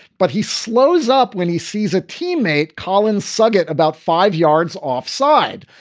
but he slows up when he sees a teammate, colin suchet, about five yards offside.